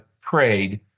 prayed